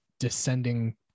descending